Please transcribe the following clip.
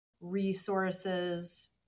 resources